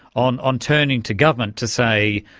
on on turning to government to say,